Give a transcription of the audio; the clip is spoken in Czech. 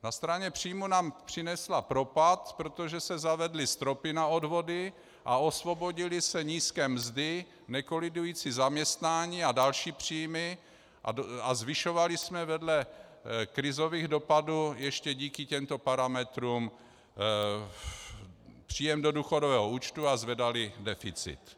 Na straně příjmů nám přinesla propad, protože se zavedly stropy na odvody a osvobodily se nízké mzdy, nekolidující zaměstnání a další příjmy a zvyšovali jsme vedle krizových dopadů ještě díky těmto parametrům příjem do důchodového účtu a zvedali deficit.